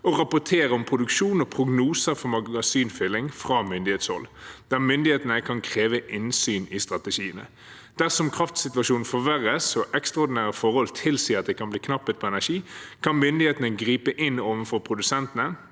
(styrking av forsyningssikkerheten) 2533 fylling fra myndighetshold, der myndighetene kan kreve innsyn i strategiene. Dersom kraftsituasjonen forverres og ekstraordinære forhold tilsier at det kan bli knapphet på energi, kan myndighetene gripe inn overfor produsentene,